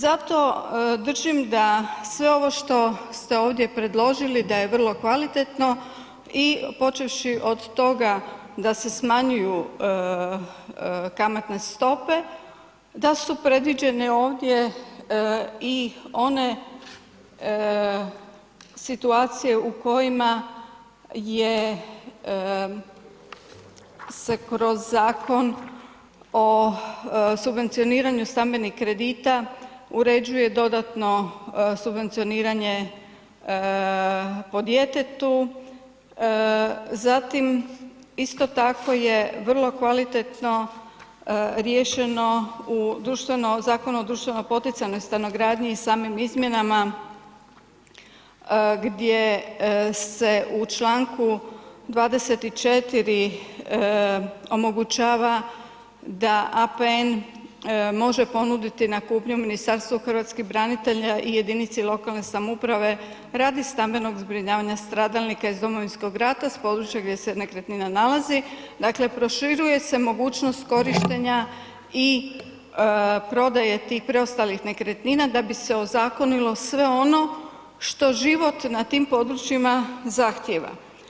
Zato držim da sve ovo što ste ovdje predložili da je vrlo kvalitetno i počevši od toga da se smanjuju kamatne stope, da su predviđene ovdje i one situacije u kojima se kroz Zakon o subvencioniranju stambenih kredita, uređuje dodatno subvencioniranje po djetetu zatim isto tako je vrlo kvalitetno riješeno u Zakonu o društvo poticajnoj stanogradnji i samim izmjenama gdje se u članku 24. omogućava da APN može ponuditi na kupnju Ministarstva hrvatskih branitelja i jedinici lokalne samouprave radi stambenog zbrinjavanja stradalnika iz Domovinskog rata s područja gdje se nekretnina nalazi, dakle proširuje se mogućnost korištenja i prodaje tih preostalih nekretnina da bi se ozakonilo sve ono što život na tim područjima zahtjeva.